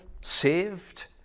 saved